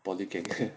polytechnic